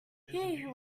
who